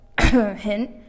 Hint